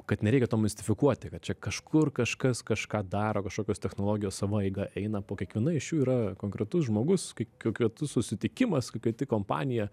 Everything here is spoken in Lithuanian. kad nereikia to mistifikuoti kad čia kažkur kažkas kažką daro kažkokios technologijos sava eiga eina po kiekviena iš jų yra konkretus žmogus kai konkretus susitikimas kad tik kompanija